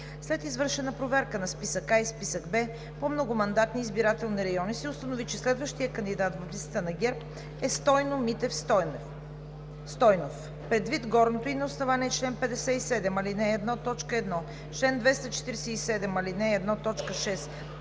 След извършена проверка на списък А и списък Б по многомандатни изборни райони се установи, че следващият кандидат в листата на партия ГЕРБ е Стойно Митев Стойнов. Предвид горното и на основание чл. 57, ал. 1, т. 1, чл. 247, ал. 1,